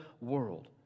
world